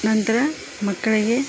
ನಂತರ ಮಕ್ಕಳಿಗೆ